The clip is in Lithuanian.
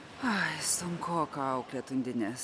ai sunkoka auklėt undines